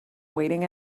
waiting